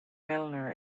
milner